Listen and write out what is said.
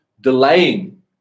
delaying